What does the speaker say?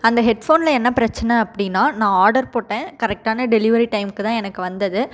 அந்த ஹெட்ஃஃபோனில் என்ன பிரச்சனை அப்படினா நான் ஆர்டர் போட்டேன் கரெக்டான டெலிவரி டைம்க்கு தான் எனக்கு வந்தது